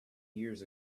years